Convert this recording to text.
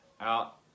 out